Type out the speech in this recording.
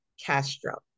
Castro